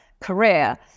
career